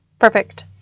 Perfect